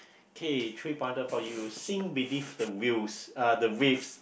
okay three pointer for you sink beneath the uh the waves